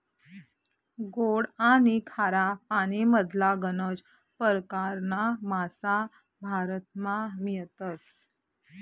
गोड आनी खारा पानीमधला गनज परकारना मासा भारतमा मियतस